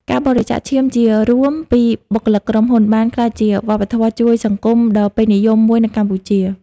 ការបរិច្ចាគឈាមជារួមពីបុគ្គលិកក្រុមហ៊ុន បានក្លាយជាវប្បធម៌ជួយសង្គមដ៏ពេញនិយមមួយនៅកម្ពុជា។